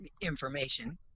information